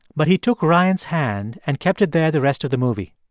but he took ryan's hand and kept it there the rest of the movie.